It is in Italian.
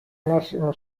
massimo